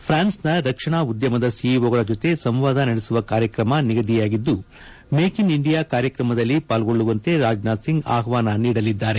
ಫ್ರಾನ್ಸ್ನ ರಕ್ಷಣಾ ಉದ್ಯಮದ ಸಿಇಒ ಗಳ ಜೊತೆ ಸಂವಾದ ನಡೆಸುವ ಕಾರ್ಯಕ್ರಮ ನಿಗದಿಯಗಿದ್ದು ಮೇಕ್ ಇನ್ ಇಂಡಿಯಾ ಕಾರ್ಯಕ್ರಮದಲ್ಲಿ ಪಾಲ್ಗೊಳ್ಳುವಂತೆ ರಾಜನಾಥ್ ಸಿಂಗ್ ಆಹ್ಲಾನ ನೀಡಲಿದ್ದಾರೆ